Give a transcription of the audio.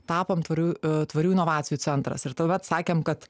tapom tvarių tvarių inovacijų centras ir tai va atsakėm kad